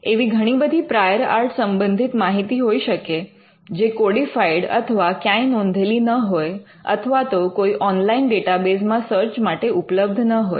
એવી ઘણી બધી પ્રાયોર આર્ટ સંબંધિત માહિતી હોઈ શકે જે કોડિફાઇડ્ અથવા ક્યાંય નોંધેલી ન હોય અથવા તો કોઈ ઑનલાઇન ડેટાબેઝ માં સર્ચ માટે ઉપલબ્ધ ન હોય